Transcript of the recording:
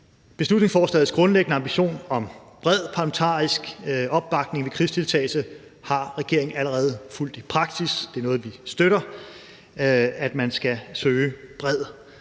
Beslutningsforslagets grundlæggende ambition om bred parlamentarisk opbakning ved krigsdeltagelse har regeringen allerede fulgt i praksis. Det er noget, vi støtter, altså at man skal søge bred